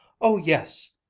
oh yes,